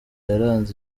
yaranze